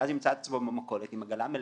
ואז ימצא את עצמו במכולת עם עגלה מלאה,